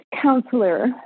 counselor